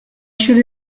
should